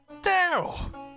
Daryl